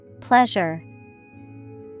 Pleasure